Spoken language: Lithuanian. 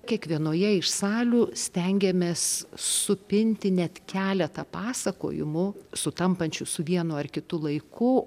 kiekvienoje iš salių stengiamės supinti net keletą pasakojimų sutampančių su vienu ar kitu laiku